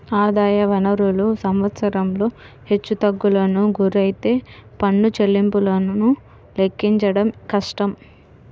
ఆదాయ వనరులు సంవత్సరంలో హెచ్చుతగ్గులకు గురైతే పన్ను చెల్లింపులను లెక్కించడం కష్టం